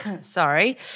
sorry